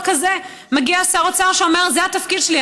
כזה מגיע שר אוצר שאומר: זה התפקיד שלי,